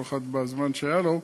כל אחד בזמן שהיה לו.